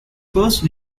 first